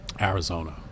Arizona